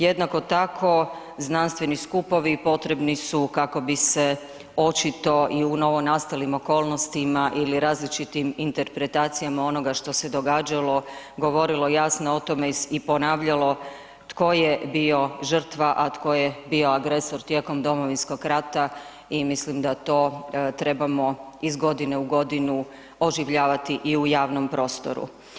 Jednako tako, znanstveni skupovi potrebni su kako bi se očito i u novonastalim okolnostima ili različitim interpretacijama onoga što se događalo, govorilo jasno o tome i ponavljalo tko je bio žrtva, a tko je bio agresor tijekom Domovinskog rata i mislim da to trebamo iz godine u godinu oživljavati i u javnom prostoru.